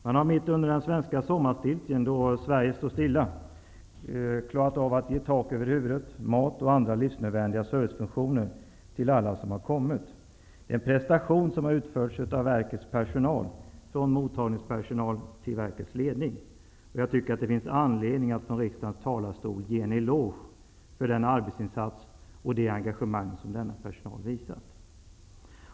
Man har mitt under den svenska sommarstiltjen klarat av att ge tak över huvudet, mat och andra livsnödvändiga servicefunktioner till alla som kommit. Det är en prestation som utförts av verkets personal, från mottagningspersonal till verkets ledning. Jag tycker att det finns anledning att från riksdagens talarstol ge en eloge för den arbetsinsats och det engagemang som denna personal visat.